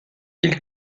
ils